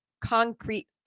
concrete